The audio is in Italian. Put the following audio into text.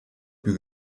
più